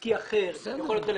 עסקי אחר, יכול להיות רלוונטי.